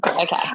Okay